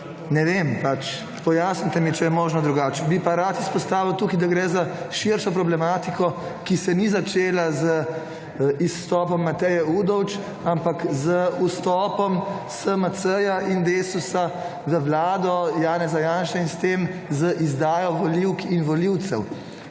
Ne vem pač pojasnite mi, če je možno drugače. Bi pa rad izpostavil tukaj, da gre za širšo problematiko, ki se ni začela z izstopom Mateje Udovč, ampak z vstopom SMC in Desus v vlado Janeza Janše in s tem z izdajo volivk in volivcev.